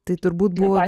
tai turbūt buvo